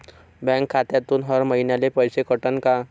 Bank खात्यातून हर महिन्याले पैसे कटन का?